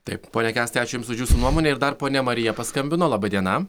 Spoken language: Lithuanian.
taip pone kęstai ačiū jums už jūsų nuomonę ir dar ponia marija paskambino laba diena